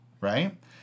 right